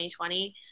2020